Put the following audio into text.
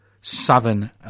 southern